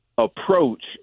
approach